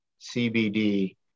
CBD